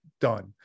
done